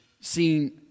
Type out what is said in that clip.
seen